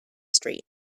street